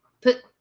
put